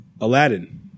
Aladdin